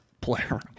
player